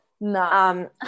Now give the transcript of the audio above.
No